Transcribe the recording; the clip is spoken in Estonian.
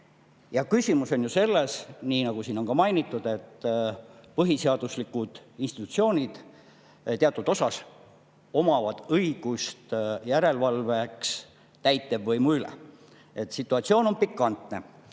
Küsimus on ju selles, nii nagu siin on mainitud, et põhiseaduslikud institutsioonid omavad teatud osas õigust järelevalveks täitevvõimu üle. Situatsioon on pikantne.